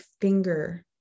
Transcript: finger